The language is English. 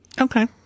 Okay